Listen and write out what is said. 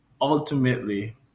ultimately